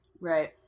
right